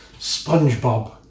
SpongeBob